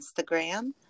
Instagram